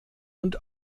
und